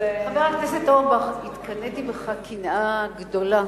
חבר הכנסת אורבך, התקנאתי בך קנאה גדולה.